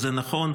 וזה נכון,